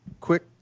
Quick